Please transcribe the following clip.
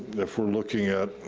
if we're looking at